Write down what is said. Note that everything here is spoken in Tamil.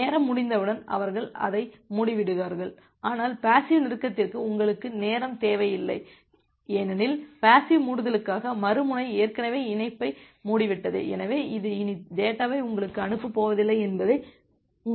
நேரம் முடிந்தவுடன் அவர்கள் அதை மூடிவிடுவார்கள் ஆனால் பேசிவ் நெருக்கத்திற்கு உங்களுக்கு நேரம் தேவையில்லை ஏனெனில் பேசிவ் மூடுதலுக்காக மறு முனை ஏற்கனவே இணைப்பை மூடிவிட்டது எனவே இது இனி டேட்டாவை உங்களுக்கு அனுப்பப்போவதில்லை என்பது உங்களுக்குத் தெரியும்